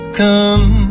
come